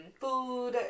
food